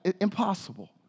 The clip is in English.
impossible